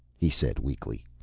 he said weakly.